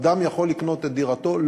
אדם יכול לקנות את דירתו.